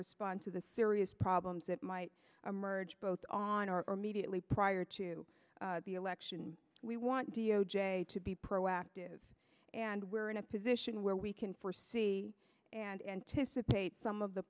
respond to the serious problems that might emerge both on or mediately prior to the election we want d o j to be proactive and we're in a position where we can forsee and anticipate some of the